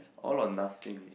all or nothing